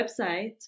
website